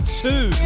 two